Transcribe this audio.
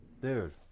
Dude